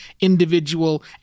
individual